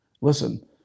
Listen